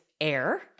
air